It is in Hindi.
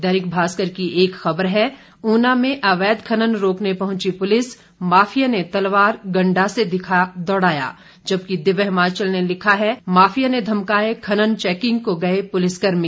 दैनिक भास्कर की एक खबर है ऊना में अवैध खनन रोकने पहुंची पुलिस माफिया ने तलवार गंडासे दिखा दौड़ाया जबकि दिव्य हिमाचल ने लिखा है माफिया ने धमकाए खनन चैकिंग को गए पुलिसकर्मी